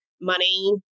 money